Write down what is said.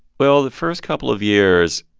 well, the first couple of years,